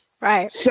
Right